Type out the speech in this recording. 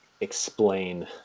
explain